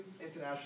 international